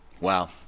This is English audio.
Wow